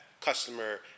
customer